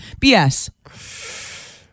BS